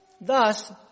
Thus